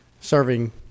serving